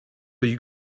you